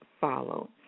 follow